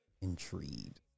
intrigued